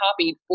copied